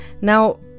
Now